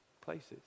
places